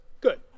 good